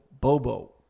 Bobo